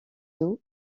eaux